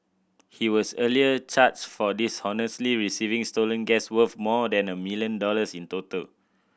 he was earlier charged for dishonestly receiving stolen gas worth more than a million dollars in total